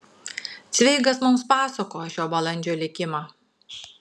cveigas mums pasakoja šio balandžio likimą